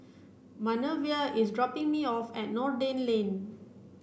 Manervia is dropping me off at Noordin Lane